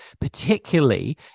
particularly